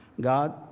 God